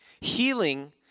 Healing